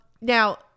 Now